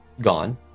gone